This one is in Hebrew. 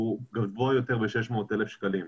הוא גבוה יותר ב-600,000 שקלים.